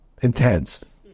intense